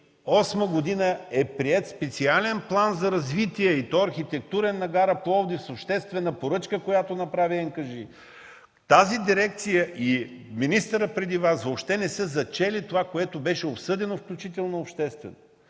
2008 г. е приет специален план за развитие, и то архитектурен, на гара Пловдив с обществена поръчка, която направи НКЖИ. Тази дирекция и министърът преди Вас въобще не са зачели това, което беше обсъдено, включително обществено.